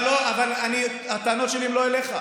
אבל הטענות שלי הן לא אליך,